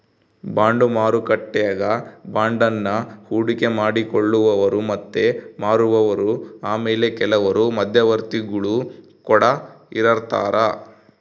bond ಮಾರುಕಟ್ಟೆಗ ಬಾಂಡನ್ನ ಹೂಡಿಕೆ ಮಾಡಿ ಕೊಳ್ಳುವವರು ಮತ್ತೆ ಮಾರುವವರು ಆಮೇಲೆ ಕೆಲವುಸಲ ಮಧ್ಯವರ್ತಿಗುಳು ಕೊಡ ಇರರ್ತರಾ